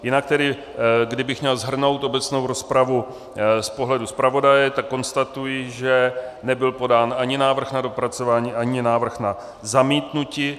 Jinak tedy kdybych měl shrnout obecnou rozpravu z pohledu zpravodaje, tak konstatuji, že nebyl podán ani návrh na dopracování, ani návrh na zamítnutí.